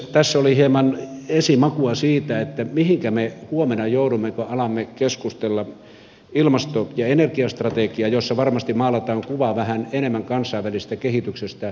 tässä oli hieman esimakua siitä mihinkä me huomenna joudumme kun alamme keskustella ilmasto ja energiastrategiasta jossa varmasti maalataan kuvaa vähän enemmän kansainvälisestä kehityksestä